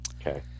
Okay